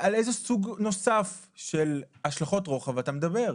על איזה סוג נוסף של השלכות רוחב אתה מדבר.